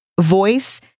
voice